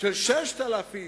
של 6,000,